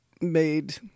made